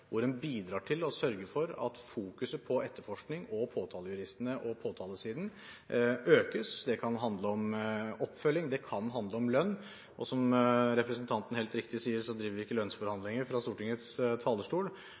hvor man bidrar til å sørge for at fokuseringen på etterforskning, påtalejuristene og påtalesiden økes. Det kan handle om oppfølging. Det kan handle om lønn. Som representanten helt riktig sier, driver vi ikke med lønnsforhandlinger fra Stortingets talerstol.